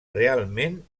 realment